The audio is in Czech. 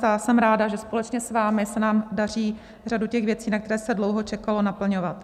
A jsem ráda, že společně s vámi se nám daří řadu těch věcí, na které se dlouho čekalo, naplňovat.